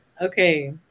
Okay